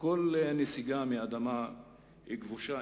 כל נסיגה מאדמה כבושה,